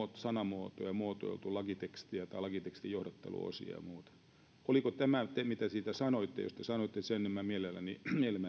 sanamuotoja muotoiltu lakitekstiä tai lakitekstin johdanto osia ja muuta oliko tämä se mitä siitä sanoitte jos te sanoitte niin niin mielelläni